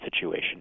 situation